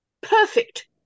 perfect